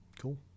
Cool